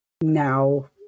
now